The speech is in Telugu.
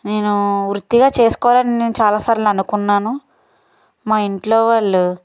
నేను వృత్తిగా చేసుకోవాలని నేను చాలాసార్లు అనుకున్నాను మా ఇంట్లో వాళ్ళు